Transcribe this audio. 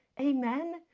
Amen